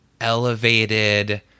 elevated